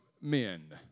men